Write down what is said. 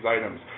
items